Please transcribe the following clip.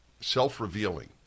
self-revealing